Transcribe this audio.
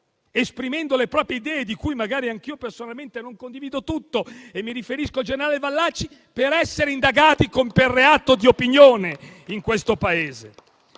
esprimendo le proprie idee, di cui magari anch'io personalmente non condivido tutto - mi riferisco al generale Vannacci - per essere indagati per reato di opinione in questo Paese.